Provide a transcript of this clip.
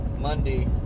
Monday